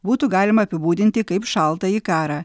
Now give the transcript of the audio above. būtų galima apibūdinti kaip šaltąjį karą